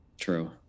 true